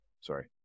sorry